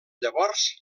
llavors